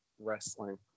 wrestling